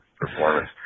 performance